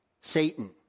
Satan